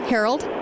Harold